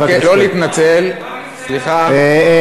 חבר הכנסת שטרן.